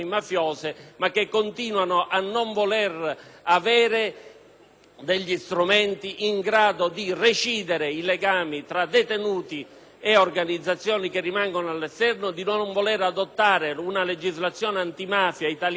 strumenti in grado di recidere i legami tra detenuti e organizzazioni che rimangono all'esterno e a non voler adottare una legislazione antimafia italiana, frutto delle intuizioni di Giovanni Falcone, che è all'avanguardia